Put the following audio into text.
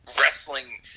wrestling